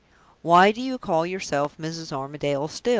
why do you call yourself mrs. armadale' still?